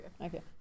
Okay